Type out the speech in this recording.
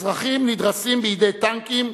אזרחים נדרסים בידי טנקים,